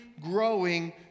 growing